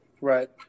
Right